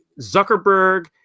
Zuckerberg